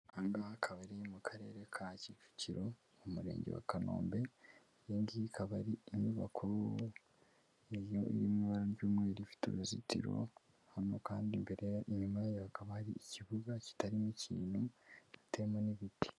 Aha ngaha akaba ari mu karere ka Kicukiro, mu murenge wa Kanombe iyi ngiyi ikaba ari inyubako iri mu ibara ry'umweru, ifite uruzitiro, hano kandi imbere inyuma yaho hakaba hari ikibuga kitarimo ikintu giteyemo n'ibiti.